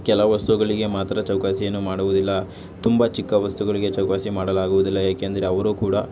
ಕೆಲ ವಸ್ತುಗಳಿಗೆ ಮಾತ್ರ ಚೌಕಾಸಿಯನ್ನು ಮಾಡುವುದಿಲ್ಲ ತುಂಬ ಚಿಕ್ಕ ವಸ್ತುಗಳಿಗೆ ಚೌಕಾಸಿ ಮಾಡಲಾಗುದಿಲ್ಲ ಏಕೆಂದರೆ ಅವರು ಕೂಡ